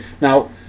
Now